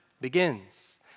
begins